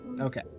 Okay